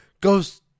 goes